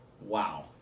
Wow